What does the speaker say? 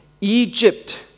Egypt